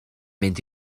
mynd